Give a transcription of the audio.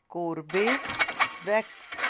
Corbevax